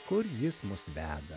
kur jis mus veda